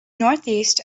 northeast